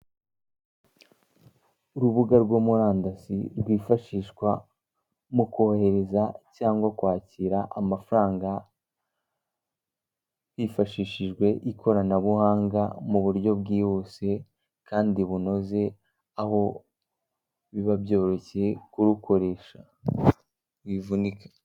Urubuga rwa murandasi rwifashishwa mu kohereza cyangwa kwakira amafaranga hifashishijwe ikoranabuhanga m'uburyo bwihuse kandi bunoze aho biba byoroshye kurukoresha wivunike.